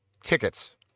tickets